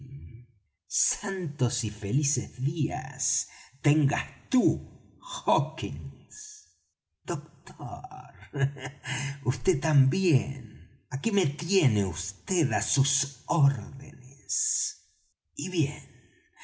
santos y felices días tengas tú hawkins doctor vd también aquí me tiene vd á sus órdenes y bien